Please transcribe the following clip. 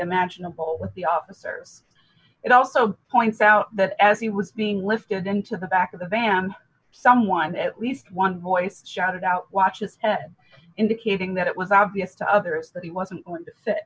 imaginable with the officers it also points out that as he was being lifted into the back of the van someone at least one voice shouted out watch it said indicating that it was obvious to others that he wasn't going to s